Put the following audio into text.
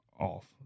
off